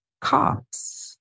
cops